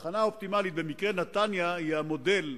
התחנה האופטימלית, במקרה נתניה היא המודל,